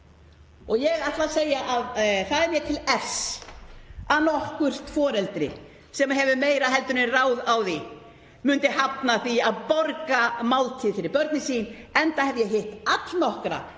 Ég ætla að segja að það er mér til efs að nokkurt foreldri sem hefur meira en ráð á því myndi hafna því að borga máltíð fyrir börnin sín, enda hef ég hitt allnokkra vel